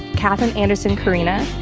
catherine anderson carina,